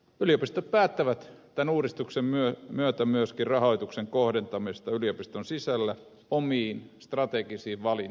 yliopistot päättävät tämän uudistuksen myötä myöskin rahoituksen kohdentamisesta yliopiston sisällä omiin strategisiin valintoihin